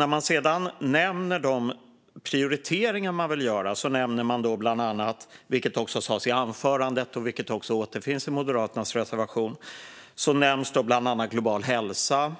När man sedan nämner de prioriteringar man vill göra nämner man bland annat, vilket också sas i anförandet och återfinns i Moderaternas reservation, global hälsa,